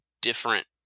different